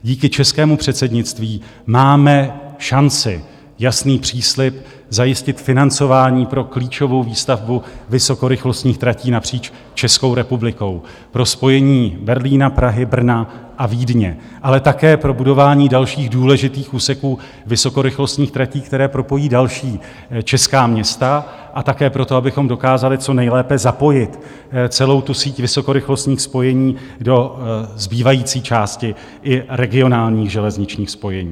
Díky českému předsednictví máme šanci, jasný příslib zajistit financování pro klíčovou výstavbu vysokorychlostních tratí napříč Českou republikou pro spojení Berlína, Prahy, Brna a Vídně, ale také pro budování dalších důležitých úseků vysokorychlostních tratí, které propojí další česká města, a také pro to, abychom dokázali co nejlépe zapojit celou tu síť vysokorychlostních spojení do zbývající části, i regionální železniční spojení.